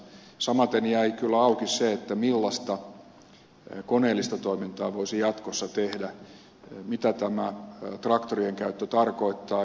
samaten jäi kyllä auki se millaista koneellista toimintaa voisi jatkossa tehdä mitä tämä traktorien käyttö tarkoittaa